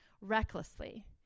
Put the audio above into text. recklessly